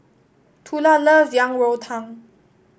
Tula love Yang Rou Tang